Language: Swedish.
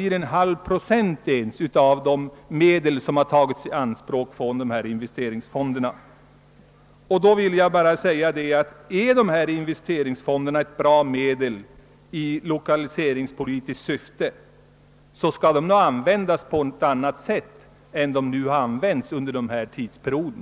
ens en halv procent av de ianspråktagna medlen från investeringsfonderna. Jag måste säga att om investeringsfonderna skall bli ett bra lokaliseringspolitiskt medel måste de användas på ett annat sätt än vad som skett under den ifrågavarande tidsperioden.